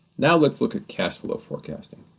now let's look at cashflow forecasting.